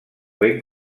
ben